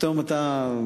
פתאום אתה,